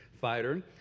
fighter